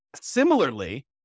Similarly